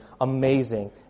amazing